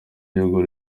igihugu